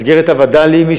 במסגרת הווד"לים,